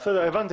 בסדר, הבנתי.